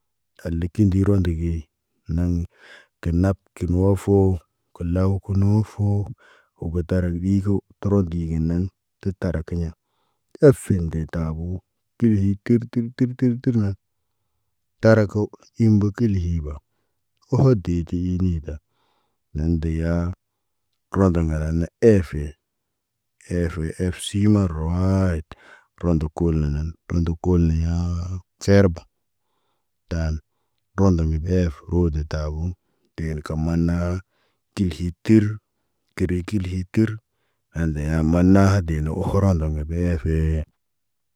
Talo kindi ronde ge. Naŋge, kə nab ki moofo, kulaw kə nuufo, wo bataral ɓi ko, tərot gi gi naŋg, tə tarakiɲa. Eefen de tabo, tihi ki tir tir tir nag. Tara ko imbo kil hi ba. Oho de te inida. Nan deyaa, pərom nda ganana eefe. Eefe, ef sii marawaayit. Pəromdə kuunənən, pəromdə kul ne yaa cerba. Taan, doom nde me be ef, rode taabuu. Dee na kaman naa, tiki tir, kirikili hi tir. Hande zeyamanna hadena ohoroŋg ndonga beefe.